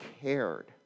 cared